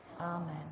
Amen